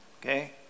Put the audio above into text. Okay